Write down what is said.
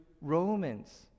Romans